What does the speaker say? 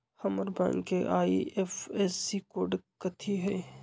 हमर बैंक के IFSC code कथि हई?